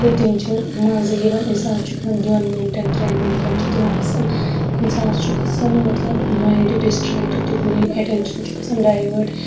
تہٕ تِم چھِ مَنزٕ یِوان اِنسانَس چھُ گَژھان دۄن مِنٹَن ترٮ۪ن مِنٹَن چھِ تِم آسَن اِنسانَس چھُ گَژھان مطلب مایِنٛڈ ڈِسٹریکٹ تُکنٕے اَٹینشن چھُ گَژھان ڈایوٲٹ